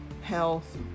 health